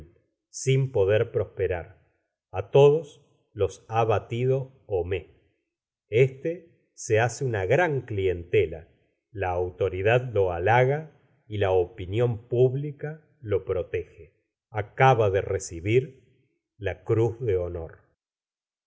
sin poder prosperar á todos los ha batido homais este se hace una gran clientela la autoridad lo halaga y la opinión pública lo protege acaba de recibir la cruz de honor